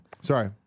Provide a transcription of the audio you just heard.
Sorry